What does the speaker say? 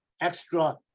extra